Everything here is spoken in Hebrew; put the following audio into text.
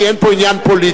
כי אין פה עניין פוליטי,